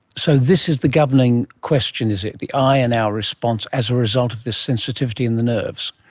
so this is the governing question, is it, the eye and our response as a result of this sensitivity in the nerves.